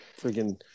freaking